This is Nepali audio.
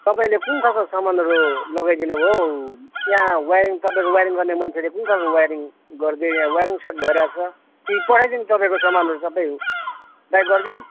तपाईँले कुन खालको सामानहरू लगाइदिनु भयो हौ त्यहाँ वायरिङ तपाईँको वायरिङ गर्ने मान्छेले कुन खालको वायरिङ गरिदियो यहाँ वायरिङ सर्ट भइरहेछ कि पठाइदिउँ तपाईँको सामानहरू सबै ब्याक गरिदिउँ